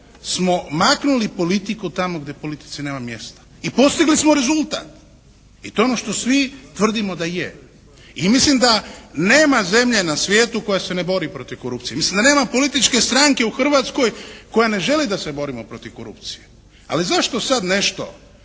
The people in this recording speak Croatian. smo maknuli politiku tamo gdje politici nema mjesta i postigli smo rezultat. I to je ono što svi tvrdimo da je i mislim da nema zemlje na svijetu koja se ne bori protiv korupcije. Mislim da nema političke stranke u Hrvatskoj koja ne želi da se borimo protiv korupcije. Ali zašto sad nešto